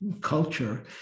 culture